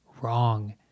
wrong